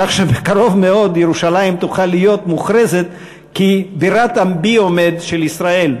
כך שבקרוב מאוד ירושלים תוכל להיות מוכרזת כבירת הביו-מד של ישראל.